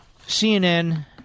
CNN